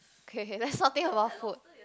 K K let's not think about food